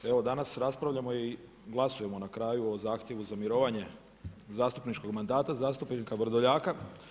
Evo danas raspravljamo i glasujemo na kraju o zahtjevu za mirovanje zastupničkog mandata zastupnika Vrdoljaka.